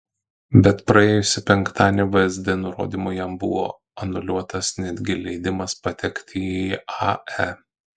bet praėjusį penktadienį vsd nurodymu jam buvo anuliuotas netgi leidimas patekti į ae